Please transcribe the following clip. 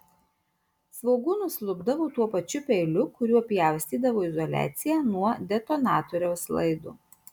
svogūnus lupdavo tuo pačiu peiliu kuriuo pjaustydavo izoliaciją nuo detonatoriaus laido